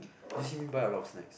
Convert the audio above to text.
do you see me buy a lot of snacks